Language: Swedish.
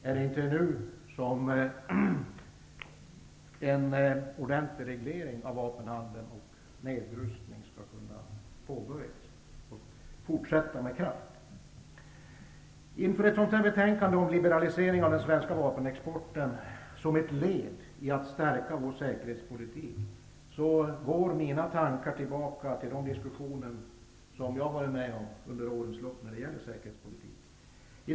Är det inte nu som en ordentlig reglering av vapenhandeln och en nedrustning skall kunna påbörjas och fortsätta med kraft? Inför ett sådant här betänkande om en liberalisering av den svenska vapenexporten som ett led i att stärka vår säkerhetspolitik går mina tankar tillbaka till de diskussioner som jag varit med om under årens lopp när det gäller säkerhetspolitik.